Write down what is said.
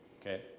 Okay